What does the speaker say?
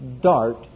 dart